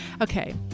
Okay